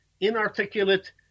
inarticulate